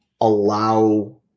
allow